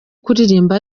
kuririmba